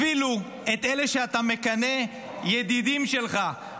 אפילו את אלה שאתה מכנה ידידים שלך,